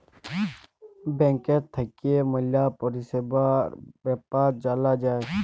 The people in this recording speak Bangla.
ব্যাংকের থাক্যে ম্যালা পরিষেবার বেপার জালা যায়